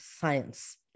science